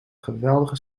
geweldige